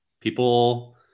people